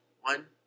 one